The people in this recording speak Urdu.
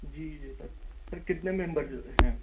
جی جی سر سر کتنے ممبر ہیں